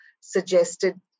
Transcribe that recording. suggested